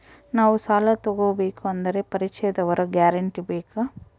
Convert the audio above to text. ನಾವು ಸಾಲ ತೋಗಬೇಕು ಅಂದರೆ ಪರಿಚಯದವರ ಗ್ಯಾರಂಟಿ ಬೇಕಾ?